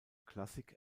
klassik